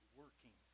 working